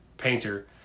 painter